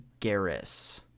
Garrus